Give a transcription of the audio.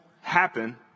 happen